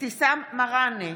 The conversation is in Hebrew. אבתיסאם מראענה,